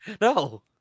No